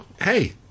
hey